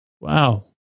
wow